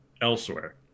elsewhere